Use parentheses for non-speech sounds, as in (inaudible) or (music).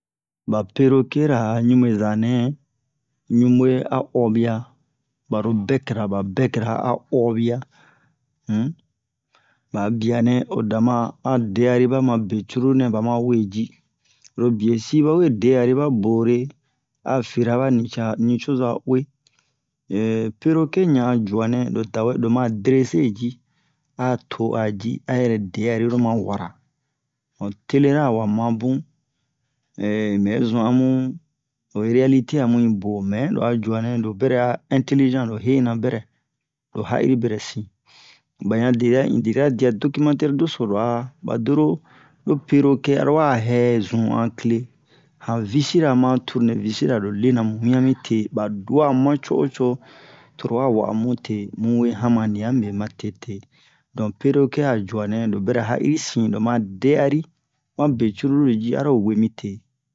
ba perriquet ra'a ɲubeza nɛ ɲubu'e a oria baro bec ra ba bec ra a oria um ba'a bianɛ odama a deari bama be cruru nɛ bama weji oro biesin bawe deariba bore afira bani co'a ni coza uwe (hesitation) perroquet ɲa'a juanɛ lo tawɛ lo ma dresser ji a to'a ji a yɛrɛ deari lo ma wara an telera wa mabun (hesitation) unbɛ zun amu ho realité amu'i bo mɛ lo'a juanɛ lo bɛrɛ'a intelligent lo hena bɛrɛ lo ha'iri bɛrɛ sin ba yan un deria dia documentaire doso lo'a ba doro perroquet aro wa hɛ zu'an clé han vice ra ma'an tourne vice ra lo lena mu wian mite ba duamu ma co'o co'o torowa wa'a mute muwe yan ma niame ma tete don perroquet a juanɛ lo bɛrɛ ha'iri sin loma de'ari mabe cruru ji aro wemi te